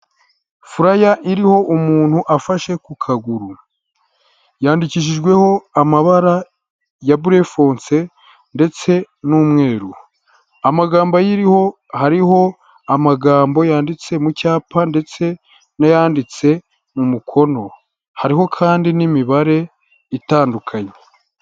Furaya iriho umuntu afashe ku kaguru yandikishijweho amabara ya burehonse ndetse n'umweru, amagambo ayiriho hariho amagambo yanditse mu cyapa ndetse n'ayanditse mu mukono hariho kandi n'imibare itandukanye.